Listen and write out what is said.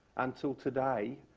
until today,